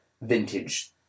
vintage